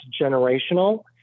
generational